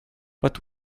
but